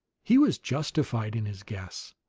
he was justified in his guess.